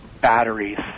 batteries